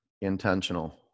Intentional